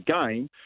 game